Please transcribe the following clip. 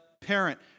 parent